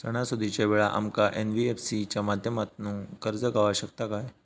सणासुदीच्या वेळा आमका एन.बी.एफ.सी च्या माध्यमातून कर्ज गावात शकता काय?